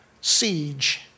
siege